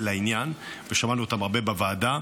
ושמענו אותם הרבה בוועדה,